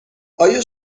آیا